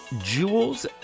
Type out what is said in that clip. Jewel's